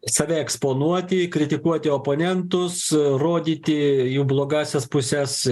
save eksponuoti kritikuoti oponentus rodyti jų blogąsias puses